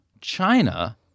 China